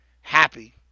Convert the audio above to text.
happy